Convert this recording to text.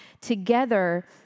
together